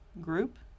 group